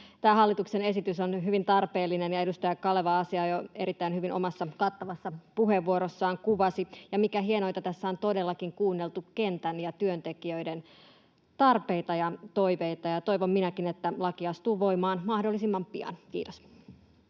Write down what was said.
Tämä hallituksen esitys on hyvin tarpeellinen, ja edustaja Kaleva kuvasi asiaa jo erittäin hyvin omassa kattavassa puheenvuorossaan. Ja mikä hienointa, tässä on todellakin kuunneltu kentän ja työntekijöiden tarpeita ja toiveita. Minäkin toivon, että laki astuu voimaan mahdollisimman pian. — Kiitos.